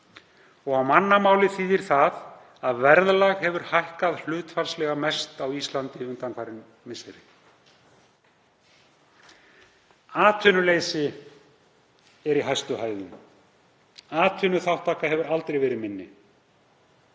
Á mannamáli þýðir það að verðlag hefur hækkað hlutfallslega mest á Íslandi undanfarin misseri. Atvinnuleysi er í hæstu hæðum, atvinnuþátttaka hefur aldrei verið minni